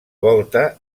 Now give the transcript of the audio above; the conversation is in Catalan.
volta